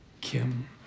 Kim